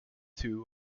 too